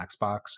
xbox